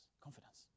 confidence